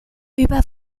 über